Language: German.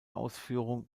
ausführung